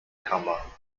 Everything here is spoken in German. kammer